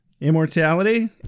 Immortality